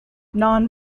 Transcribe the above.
non